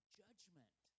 judgment